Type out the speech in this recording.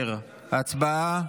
10, הצבעה.